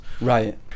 Right